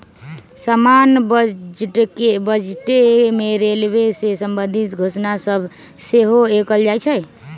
समान्य बजटे में रेलवे से संबंधित घोषणा सभ सेहो कएल जाइ छइ